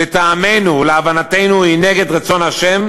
לטעמנו ולהבנתנו היא נגד רצון ה',